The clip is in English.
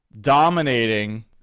dominating